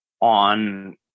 on